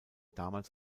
damals